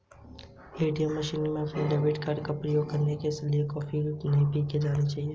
ATM machine में अपना debit card उपयोग करते समय I forget my PIN number पर क्लिक करें